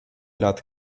lat